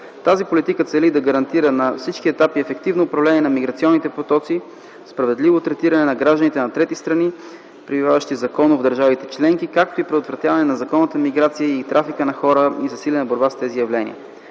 Тази политика цели да гарантира на всички етапи ефективно управление на миграционните потоци, справедливо третиране на гражданите на трети страни, пребиваващи законно в държавите членки, както и предотвратяване на незаконната миграция и трафика на хора и засилена борба с тези явления.